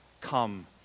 come